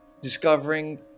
discovering